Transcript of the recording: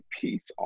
peace